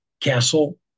Castle